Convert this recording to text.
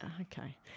okay